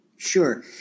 Sure